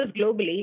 globally